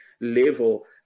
level